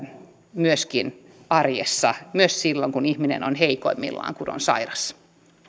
myöskin arjessa myös silloin kun ihminen on heikoimmillaan kun on sairas